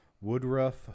woodruff